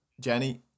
Jenny